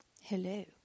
Hello